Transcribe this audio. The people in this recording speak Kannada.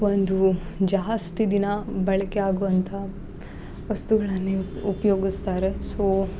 ಒಂದು ಜಾಸ್ತಿ ದಿನ ಬಳ್ಕೆ ಆಗುವಂಥ ವಸ್ತುಗಳನ್ನೆ ಉಪ್ ಉಪ್ಯೋಗುಸ್ತಾರೆ ಸೋ